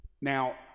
Now